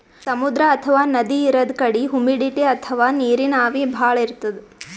ಸಮುದ್ರ ಅಥವಾ ನದಿ ಇರದ್ ಕಡಿ ಹುಮಿಡಿಟಿ ಅಥವಾ ನೀರಿನ್ ಆವಿ ಭಾಳ್ ಇರ್ತದ್